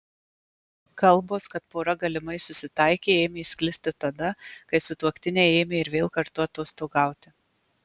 kalbos kad pora galimai susitaikė ėmė sklisti tada kai sutuoktiniai ėmė ir vėl kartu atostogauti